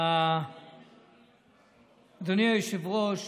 אדוני היושב-ראש,